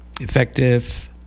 effective